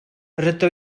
rydw